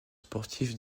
sportif